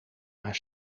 maar